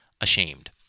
ashamed